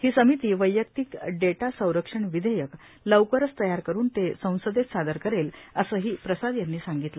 ही समिती वैयक्तिक डेटा संरक्षण विधेयक लवकरच तयार करून ते संसदेत सादर करेल असंही प्रसाद यांनी सांगितलं